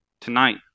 tonight